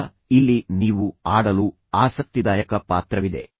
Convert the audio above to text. ಈಗ ಇಲ್ಲಿ ನೀವು ಆಡಲು ಆಸಕ್ತಿದಾಯಕ ಪಾತ್ರವಿದೆ